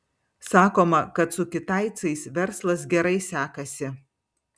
sakoma kad su kitaicais verslas gerai sekasi